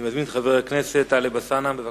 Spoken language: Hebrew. אני מזמין את חבר הכנסת טלב אלסאנע, בבקשה.